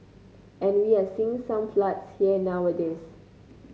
and we are seeing some floods here nowadays